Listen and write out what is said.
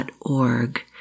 org